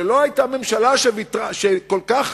שלא היתה ממשלה שכל כך